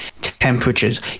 temperatures